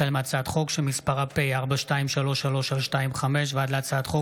החל בהצעת חוק פ/4233/25 וכלה בהצעת חוק